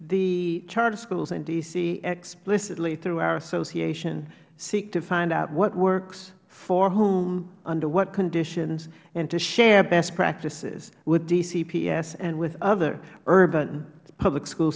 the charter schools in d c explicitly through our association seek to find out what works for whom under what conditions and to share best practices with dcps and with other urban public school